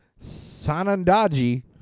Sanandaji